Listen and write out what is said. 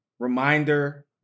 Reminder